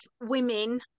women